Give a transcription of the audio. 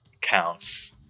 counts